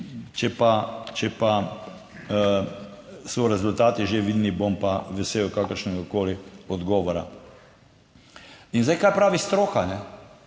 če pa so rezultati že vidni, bom pa vesel kakršnegakoli odgovora. In zdaj, kaj pravi stroka,